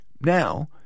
Now